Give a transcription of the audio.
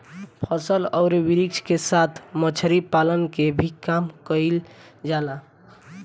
फसल अउरी वृक्ष के साथ मछरी पालन के भी काम कईल जाला